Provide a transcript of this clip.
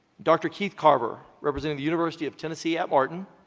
dr. keith carver representing the university of tennessee at martin,